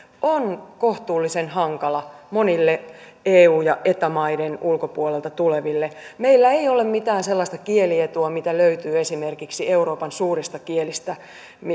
on kohtuullisen hankala monille eu ja eta maiden ulkopuolelta tuleville meillä ei ole mitään sellaista kielietua mitä löytyy esimerkiksi euroopan suurista kielistä